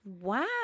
Wow